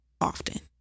often